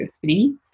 three